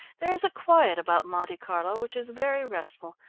there is a quiet about monte carlo which is very restful,